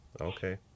Okay